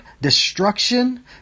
destruction